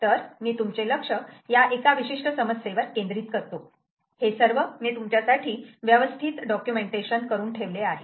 तर मी तुमचे लक्ष या एका विशिष्ट समस्येवर केंद्रित करतो हे सर्व मी तुमच्यासाठी व्यवस्थित डॉक्युमेंटेशन करून ठेवले आहे